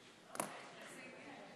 חברת הכנסת עליזה לביא.